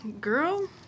Girl